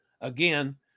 Again